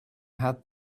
had